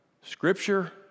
scripture